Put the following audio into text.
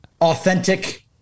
Authentic